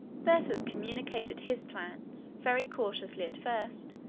bessus communicated his plans, very cautiously at first,